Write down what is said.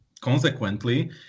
consequently